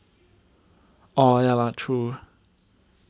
orh ya lah true